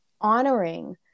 honoring